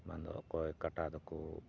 ᱵᱟᱝ ᱫᱚ ᱚᱠᱚᱭ ᱠᱟᱴᱟ ᱫᱚᱠᱚ